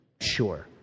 Sure